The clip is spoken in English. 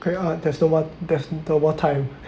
carry on there's there's no more time